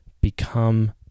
become